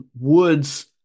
woods